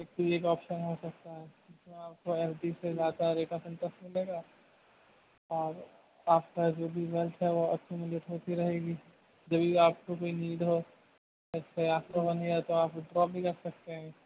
ایک ایک آپشن ہو سکتا ہے آپ کو ایف ڈی سے زیادہ ریٹ آف انٹرسٹ ملے گا اور آپ کا جو بھی ویلتھ ہے وہ اکمیلیٹ ہوتی رہے گی جبھی آپ کو کوئی نیڈ ہو جس تو آپ ڈراپ بھی کر سکتے ہیں